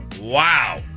Wow